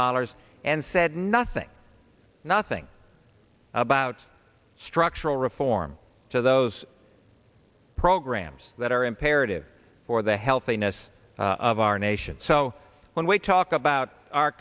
dollars and said nothing nothing about struck carol reform so those programs that are imperative for the healthiness of our nation so when we talk about our